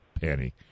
penny